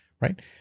right